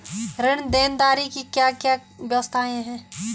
ऋण देनदारी की क्या क्या व्यवस्थाएँ हैं?